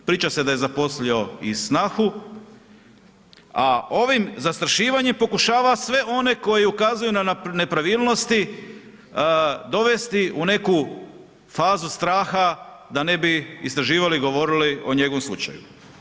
Priča se da je zaposlio i snahu, a ovim zastrašivanjem pokušava sve one koji ukazuju na nepravilnosti dovesti u neku fazu straha da ne bi istraživali, govorili o njegovom slučaju.